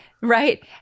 right